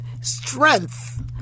Strength